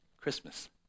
Christmas